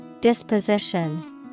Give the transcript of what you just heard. Disposition